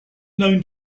known